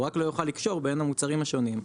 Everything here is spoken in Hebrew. הוא רק לא יוכל לקשור בין המוצרים השונים.